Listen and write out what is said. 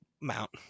Mount